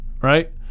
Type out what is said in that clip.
right